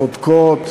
צודקות,